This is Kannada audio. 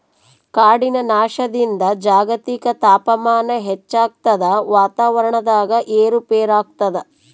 ಕಾಡಿನ ನಾಶದಿಂದ ಜಾಗತಿಕ ತಾಪಮಾನ ಹೆಚ್ಚಾಗ್ತದ ವಾತಾವರಣದಾಗ ಏರು ಪೇರಾಗ್ತದ